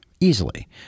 easily